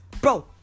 Bro